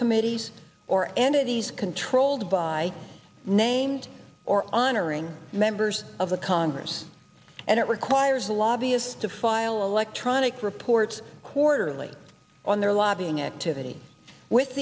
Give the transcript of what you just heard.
committees or entities controlled by named or honoring members of the congress and it requires lobbyists to file electronic reports quarterly on their lobbying activities with